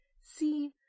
See